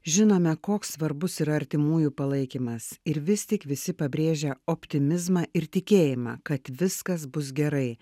žinome koks svarbus yra artimųjų palaikymas ir vis tik visi pabrėžia optimizmą ir tikėjimą kad viskas bus gerai